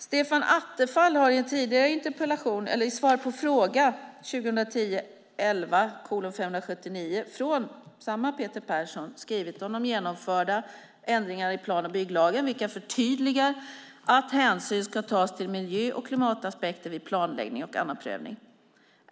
Stefan Attefall har i sitt svar på fråga 2010/11:579 från Peter Persson skrivit om de genomförda ändringar i plan och bygglagen vilka förtydligar att hänsyn ska tas till miljö och klimataspekter vid planläggning och annan prövning.